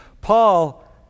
Paul